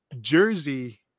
Jersey